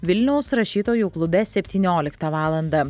vilniaus rašytojų klube septynioliktą valandą